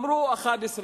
אמרו 11 חברים,